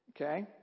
Okay